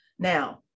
Now